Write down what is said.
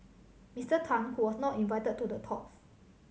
Mister Tan who was not invited to the talks